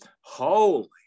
holy